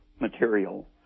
material